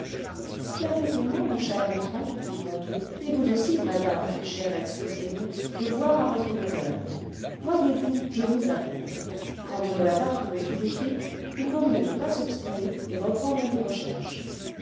permettez-moi mon cher gontran dit ponto et vous aussi maincompatibilite maincompatibilite dame et chère ex cousine de boire à votre bonheur voyez-vous je vous approuve quand on ne l'a pas trouvé tout de suite il vaut mieux ne pas s'obstiner et reprendre lesjrecherches